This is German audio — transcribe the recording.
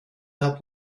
hat